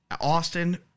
Austin